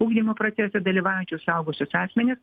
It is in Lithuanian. ugdymo procese dalyvaujančius suaugusius asmenis